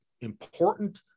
important